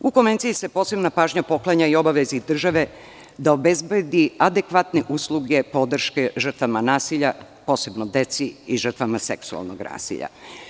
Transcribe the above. U Konvenciji se posebna pažnja poklanja i obavezi države da obezbedi adekvatne usluge podrške žrtvama nasilja, posebno deci i žrtvama seksualnog nasilja.